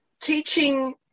teaching